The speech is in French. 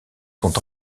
sont